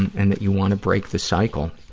and that you wanna break the cycle.